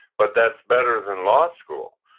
but that's better than law school.